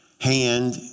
Hand